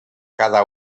cada